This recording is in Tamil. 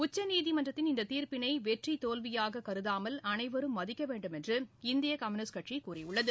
உச்சநீதிமன்றத்தின் இந்ததீர்ப்பினைவெற்றிதோல்வியாககருதாமல் அனைவரும் மதிக்கவேண்டும் என்று இந்தியகம்யூனிஸ்ட் கட்சிகூறியுள்ளது